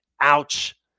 Ouch